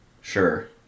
Sure